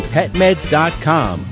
PetMeds.com